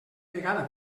vegada